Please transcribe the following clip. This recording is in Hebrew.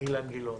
אילן גילאון,